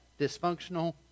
dysfunctional